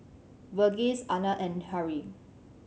Verghese Anand and Hri